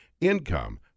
Income